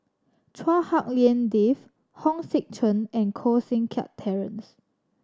Chua Hak Lien Dave Hong Sek Chern and Koh Seng Kiat Terence